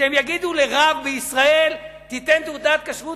שהם יגידו לרב בישראל: תיתן תעודת כשרות